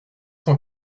cent